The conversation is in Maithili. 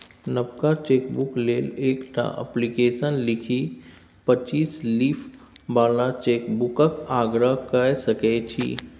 नबका चेकबुक लेल एकटा अप्लीकेशन लिखि पच्चीस लीफ बला चेकबुकक आग्रह कए सकै छी